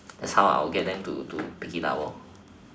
that's how I'll get them to to pick it up